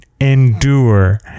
endure